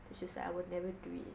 then she's like I will never do it